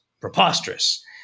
preposterous